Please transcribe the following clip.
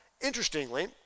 Interestingly